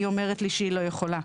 היא אומרת לי שהיא לא יכולה.